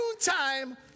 time